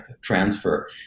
transfer